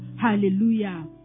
Hallelujah